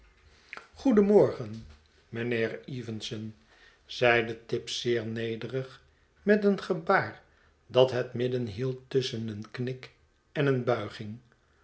goeden morgen mijnheer evenson zeide tibbs zeer nederig met een gebaar dat het midden hield tusschen een knik en een bulging